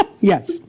Yes